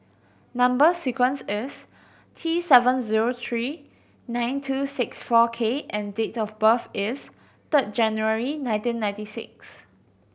number sequence is T seven zero three nine two six four K and date of birth is third January nineteen ninety six